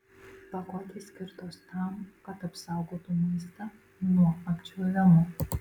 pakuotės skirtos tam kad apsaugotų maistą nuo apdžiūvimo